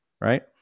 right